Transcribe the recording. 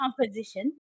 composition